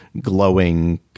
glowing